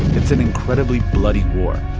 it's an incredibly bloody war,